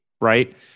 right